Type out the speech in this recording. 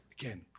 Again